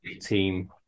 team